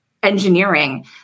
engineering